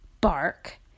bark